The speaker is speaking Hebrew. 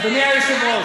אדוני היושב-ראש,